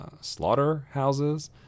slaughterhouses